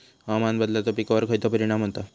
हवामान बदलाचो पिकावर खयचो परिणाम होता?